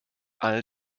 all